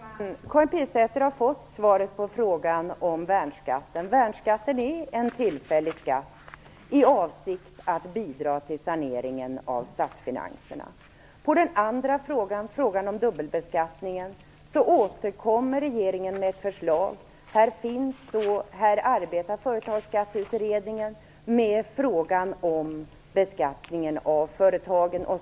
Fru talman! Karin Pilsäter har fått svar på frågan om värnskatten. Värnskatten är en tillfällig skatt med avsikt att bidra till saneringen av statsfinanserna. Beträffande den andra frågan om dubbelbeskattningen återkommer regeringen med ett förslag. Här arbetar Företagsskatteutredningen med frågan om beskattning av företagen.